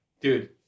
Dude